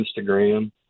Instagram